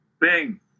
Bing